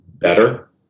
better